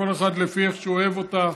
כל אחד לפי איך שהוא אוהב אותה.